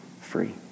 free